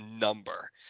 number